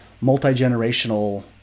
multi-generational